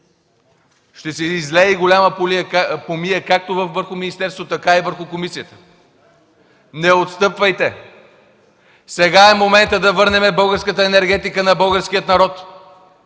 Ще се излее голяма помия както върху министерството, така и върху комисията! Не отстъпвайте! Сега е моментът да върнем българската енергетика на българския народ!